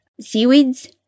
seaweeds